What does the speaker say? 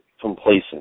complacent